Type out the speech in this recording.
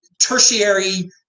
tertiary